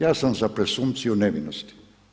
Ja sam za presumpciju nevinosti.